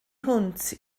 hwnt